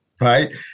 right